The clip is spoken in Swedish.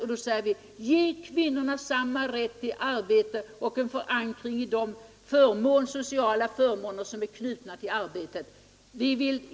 Därför säger vi: Ge kvinnorna rätt till arbete och en förankring i de sociala förmåner som är knutna till arbetet!